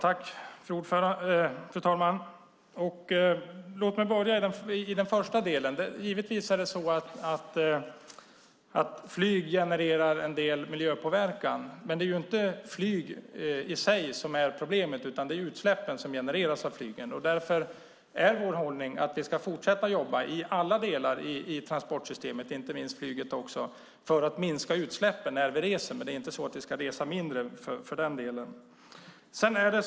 Fru talman! Låt mig börja med den första delen. Givetvis är det så att flyget genererar en del miljöpåverkan, men det är ju inte flyget i sig som är problemet, utan det är utsläppen som genereras av flyget. Därför är vår hållning att vi ska fortsätta jobba i alla delar i transportsystemet, inte minst flyget också, för att minska utsläppen när vi reser. Men det är inte så att vi för den skull ska resa mindre.